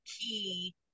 key